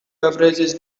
beverages